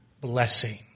blessing